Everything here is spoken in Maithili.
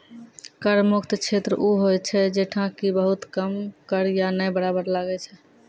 कर मुक्त क्षेत्र उ होय छै जैठां कि बहुत कम कर या नै बराबर कर लागै छै